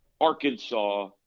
Arkansas